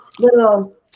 little